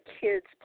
kids